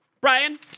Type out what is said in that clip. Brian